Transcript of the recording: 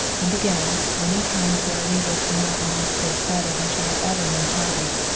and again when in time sara lee was to know henri's face better than she had ever known harvey's,